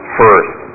first